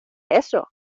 eso